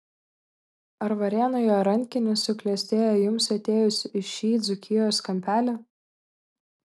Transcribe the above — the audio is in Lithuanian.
ar varėnoje rankinis suklestėjo jums atėjus į šį dzūkijos kampelį